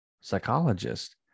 psychologist